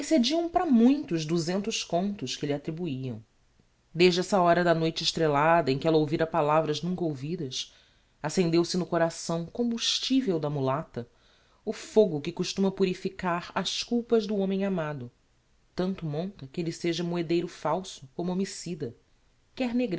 os duzentos contos que lhe attribuiam desde essa hora da noite estrellada em que ella ouvira palavras nunca ouvidas accendeu se no coração combustivel da mulata o fogo que costuma purificar as culpas do homem amado tanto monta que elle seja moedeiro falso como homicida quer